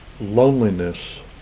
loneliness